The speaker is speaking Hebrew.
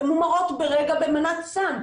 הן מומרות ברגע במנת סם,